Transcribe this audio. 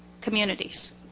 communities